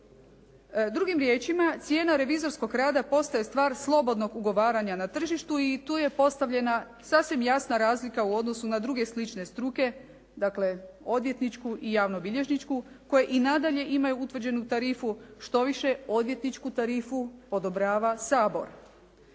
Drugim riječima, cijena revizorskog rada postaje stvar slobodnog ugovaranja na tržištu i tu je postavljena sasvim jasna razlika u odnosu na druge slične struke, dakle odvjetničku i javnobilježničku koje i nadalje imaju utvrđenu tarifu, štoviše odvjetničku tarifu odobrava Sabor.